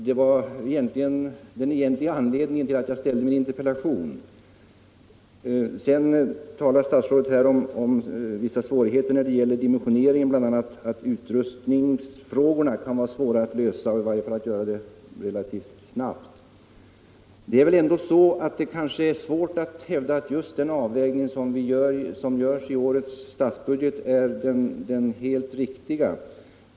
Det var den egentliga anledningen till att jag ställde min interpellation. Sedan talar statsrådet om vissa svårigheter när det gäller dimensioneringen, bl.a. att utrustningsfrågorna kan vara svåra att lösa, i varje fall att göra det relativt snabbt. Det är väl emellertid svårt att hävda att just den avvägning som görs i årets budgetproposition är den helt riktiga.